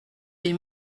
des